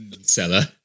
seller